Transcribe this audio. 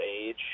age